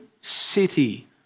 city